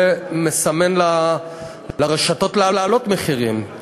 זה מסמן לרשתות להעלות מחירים.